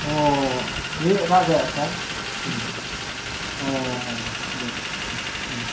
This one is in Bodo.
अह बे राजाया सार अ दे दे ओं